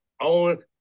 on